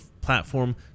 platform